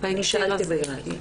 בהקשר הזה.